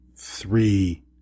three